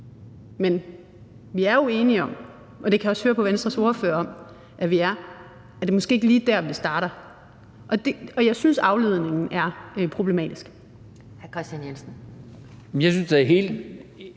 Men vi er jo enige om – og det kan jeg også høre på Venstres ordfører at vi er – at det måske ikke lige er der, den starter, og jeg synes, afledningen er problematisk.